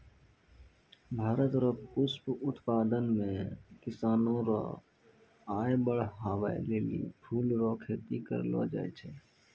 भारत रो पुष्प उत्पादन मे किसानो रो आय बड़हाबै लेली फूल रो खेती करलो जाय छै